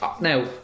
Now